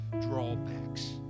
drawbacks